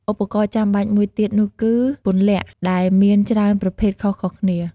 ឧបករណ៍ចាំបាច់មួយទៀតនោះគឺ ពន្លាកដែលមានច្រើនប្រភេទខុសៗគ្នា។